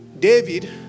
David